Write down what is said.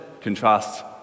contrasts